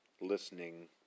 listening